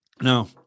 Now